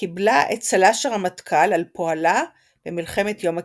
קיבלה את צל"ש הרמטכ"ל על פועלה במלחמת יום הכיפורים.